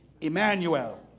Emmanuel